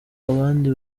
abandi